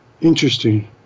Interesting